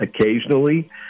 occasionally